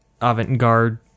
avant-garde